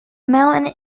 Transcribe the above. mountain